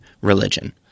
religion